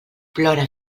plora